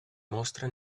mostra